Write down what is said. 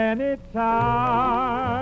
Anytime